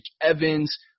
Evans